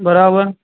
બરાબર